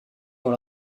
dans